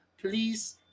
please